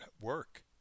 work